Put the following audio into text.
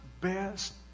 best